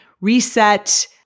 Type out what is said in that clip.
reset